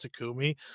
Takumi